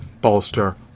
bolster